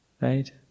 Right